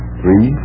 three